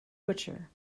butcher